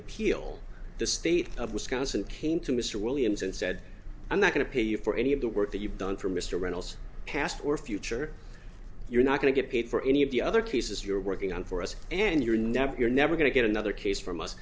appeal the state of wisconsin came to mr williams and said i'm not going to pay you for any of the work that you've done for mr reynolds past or future you're not going to get paid for any of the other cases you're working on for us and you're never you're never going to get another case from us